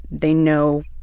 they know